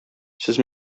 сез